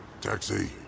taxi